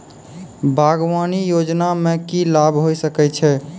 बागवानी योजना मे की लाभ होय सके छै?